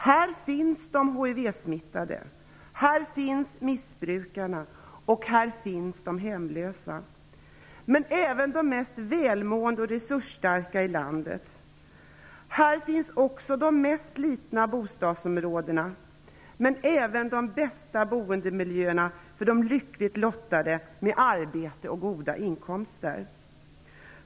Här finns de HIV-smittade, här finns missbrukarna, och här finns de hemlösa -- men även de mest välmående och resursstarka i landet. Här finns också de mest slitna bostadsområdena -- men även de bästa boendemiljöerna för de lyckligt lottade med arbete och goda inkomster.